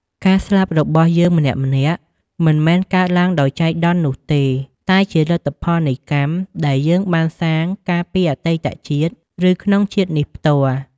ការស្លាប់របស់យើងម្នាក់ៗ មិនមែនកើតឡើងដោយចៃដន្យនោះទេ តែជាលទ្ធផលនៃកម្ម ដែលយើងបានសាងកាលពីអតីតជាតិ ឬក្នុងជាតិនេះផ្ទាល់។